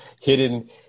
hidden